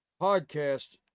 podcast